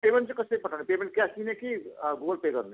payment चाहिँ कसरी पठाउने पेमेन्ट क्यास दिने कि गुगुल पे गर्ने